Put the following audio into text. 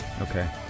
Okay